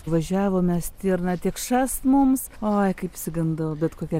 važiavome stirna tik šast mums oi kaip išsigandau bet kokia